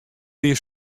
wie